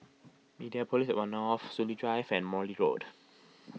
Mediapolis at one Soon Lee Drive and Morley Road